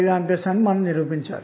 ను కనుగొందాము